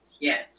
Yes